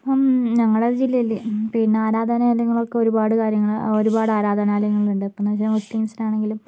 ഇപ്പോൾ ഞങ്ങളെ ജില്ലയില് പിന്നെ ആരാധനാലയങ്ങൾ ഒക്കെ ഒരുപാട് കാര്യങ്ങൾ ഒരുപാട് ആരാധനാലയങ്ങൾ ഉണ്ട് ഇപ്പോൾ എന്ന് വെച്ചാൽ മുസ്ലിംസിനാണെങ്കിലും